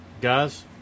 Guys